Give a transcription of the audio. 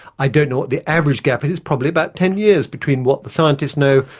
i don't know what the average gap, it is probably about ten years between what the scientists know,